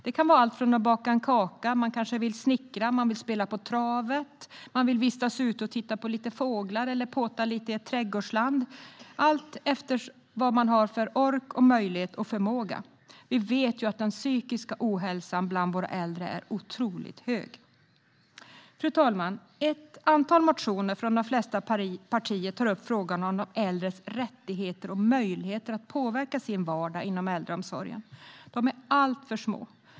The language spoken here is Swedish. Det kan vara allt från att baka en kaka till att snickra, spela på travet eller vistas ute och titta på fåglar eller påta lite i ett trädgårdsland - allt beroende på vad man har för ork, möjlighet och förmåga. Vi vet ju att den psykiska ohälsan bland våra äldre är otroligt hög. Fru talman! Ett antal motioner från de flesta partier tar upp frågan om de äldres rättigheter och möjligheter att påverka sin vardag inom äldreomsorgen; de är alltför små.